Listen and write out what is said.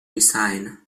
resign